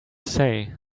say